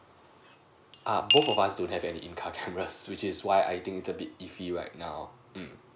uh both of us don't have any in car camera which is why I think it's a bit iffy right now mm